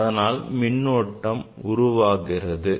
அதனால் மின்னோட்டம் உருவாகிறது